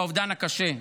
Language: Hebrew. והאובדן הקשה.